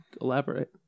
Elaborate